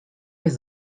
his